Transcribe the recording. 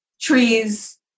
trees